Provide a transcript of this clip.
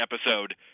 episode